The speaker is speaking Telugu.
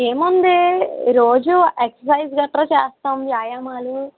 ఏముంది రోజూ ఎక్ససైజ్ గట్రా చేస్తాం వ్యాయామాలు